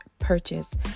Purchase